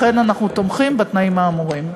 לכן אנחנו תומכים בתנאים האמורים.